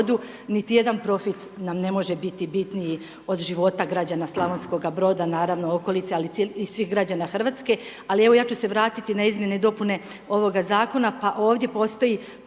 Niti jedan profit nam ne može biti bitniji od života građana Slavonskoga Broda naravno okolice, ali i svih građana Hrvatske. Ali evo ja ću se vratiti na izmjene i dopune ovoga zakona pa ovdje postoji